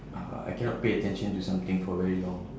uh I cannot pay attention to something for very long